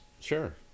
Sure